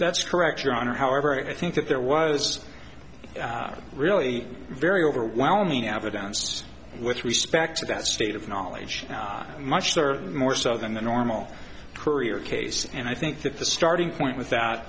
that's correct your honor however i think that there was really very overwhelming evidence with respect to that state of knowledge now much sir more so than the normal courier case and i think that the starting point with that